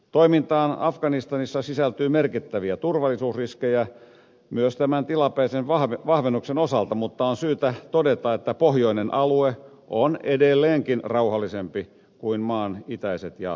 toimintaan afganistanissa sisältyy merkittäviä turvallisuusriskejä myös tämän tilapäisen vahvennuksen osalta mutta on syytä todeta että pohjoinen alue on edelleenkin rauhallisempi kuin maan itäiset ja eteläiset osat